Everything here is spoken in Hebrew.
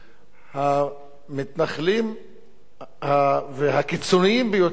המתנחלים והקיצוניים ביותר ביניהם